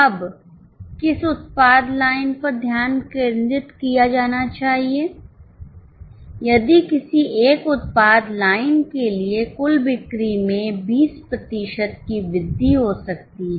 अब किस उत्पाद लाइन पर ध्यान केंद्रित किया जाना चाहिए यदि किसी एक उत्पाद लाइन के लिए कुल बिक्री में 20 प्रतिशत की वृद्धि हो सकती है